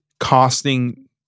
Costing